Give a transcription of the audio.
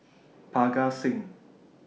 Parga Singh